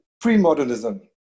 pre-modernism